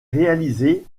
réalisé